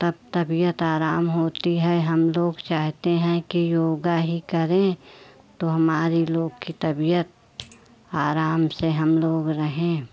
तब तबीयत आराम होती है हम लोग चाहते हैं कि योग ही करें तो हमारी लोग की तबीयत आराम से हम लोग रहें